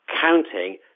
counting